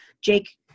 Jake